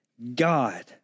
God